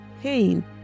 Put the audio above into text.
pain